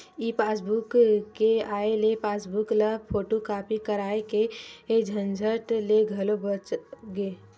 ई passbook के आए ले पासबूक ल फोटूकापी कराए के झंझट ले घलो बाच गे